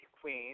queen